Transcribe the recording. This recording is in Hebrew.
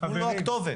הוא לא הכתובת.